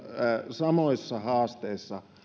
samoissa haasteissa